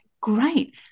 great